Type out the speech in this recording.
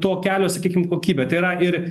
to kelio sakykim kokybę tai yra ir